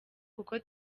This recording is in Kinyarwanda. kuko